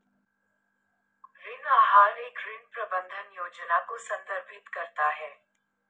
ऋण आहार एक ऋण प्रबंधन योजना को संदर्भित करता है